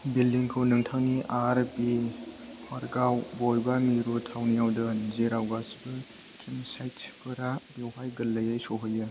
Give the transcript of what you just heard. बिलडिंखौ नोंथांनि R V पार्कआव बबेबा मिरु थावनियाव दोन जेराव गासिबो केम्पसाइट्सफोरा बेवहाय गोरलैयै सौहैयो